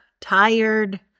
tired